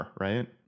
right